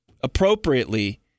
appropriately